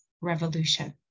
Revolution